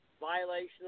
violation